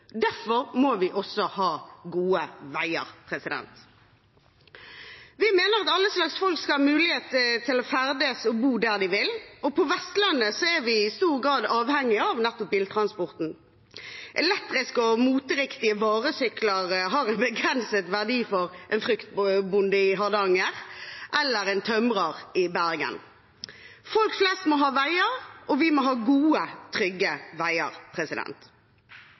Derfor må vi også ha gode veier. Vi mener at alle slags folk skal ha mulighet til å ferdes og bo der de vil, og på Vestlandet er vi i stor grad avhengig av nettopp biltransporten. Elektriske og moteriktige varesykler har en begrenset verdi for en fruktbonde i Hardanger eller en tømrer i Bergen. Folk flest må ha veier, og vi må ha gode trygge veier.